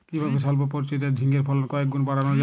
কিভাবে সল্প পরিচর্যায় ঝিঙ্গের ফলন কয়েক গুণ বাড়ানো যায়?